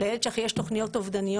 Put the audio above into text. לילד שלך יש תוכניות אובדניות,